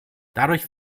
dadurch